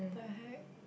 the heck